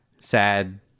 sad